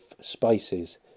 spaces